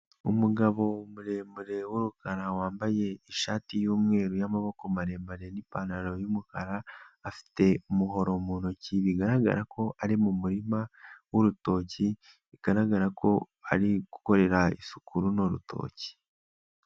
Umugabo muremure w'umukara wambaye ishati y'umweru y'amaboko maremare n'ipantaro y'umukara, afite umuhoro mu ntoki bigaragara ko ari mu murima w'urutoki bigaragara ko ari gukorera isuku runo rutoki.